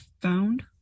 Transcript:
found